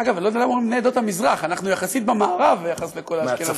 אגב, אני לא יודע למה אומרים "בני עדות המזרח".